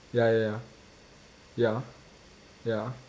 ya ya ya ya ya